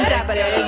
Double